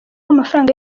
amafaranga